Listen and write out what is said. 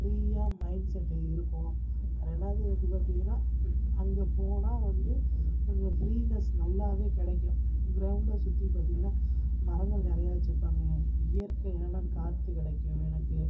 ஃப்ரீயா mind set இருக்கும் ரெண்டாவது வந்து பார்த்திங்கன்னா அங்கே போனால் வந்து கொஞ்சம் ஃப்ரீனஸ் நல்லாவே கிடைக்கும் க்ரௌண்டை சுற்றி பார்த்திங்கன்னா மரங்கள் நிறையா வெச்சுருப்பாங்க இயற்கையான காற்று கிடைக்கும் எனக்கு